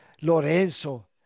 Lorenzo